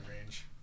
range